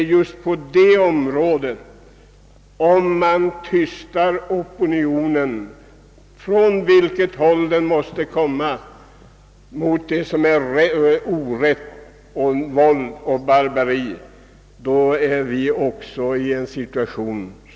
Om vi tystar opinionen — från vilket håll den än må komma — mot orätt, våld och barbari, hamnar vi i en allvarlig situation.